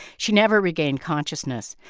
she never regained consciousness.